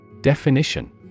Definition